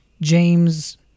James